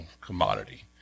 commodity